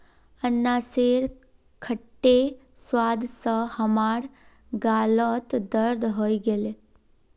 अनन्नासेर खट्टे स्वाद स हमार गालत दर्द हइ गेले